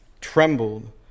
trembled